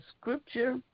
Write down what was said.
scripture